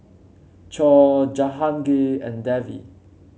Choor Jahangir and Devi